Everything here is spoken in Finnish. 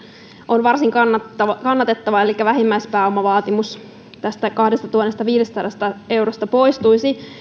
on varsin kannatettava elikkä vähimmäispääomavaatimus kahdestatuhannestaviidestäsadasta eurosta poistuisi